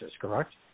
correct